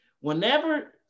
Whenever